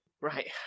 Right